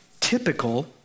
typical